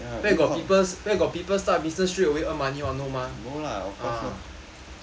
where got people got people start business straightaway earn money [one] no mah ah